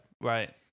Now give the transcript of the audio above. Right